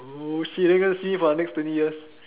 oh shit then you gonna see me for the next twenty years